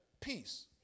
Peace